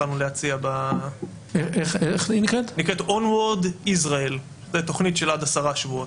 זו תכנית של עד עשרה שבועות.